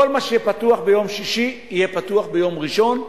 כל מה שפתוח ביום שישי יהיה פתוח ביום ראשון,